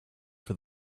for